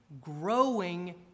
growing